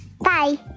Bye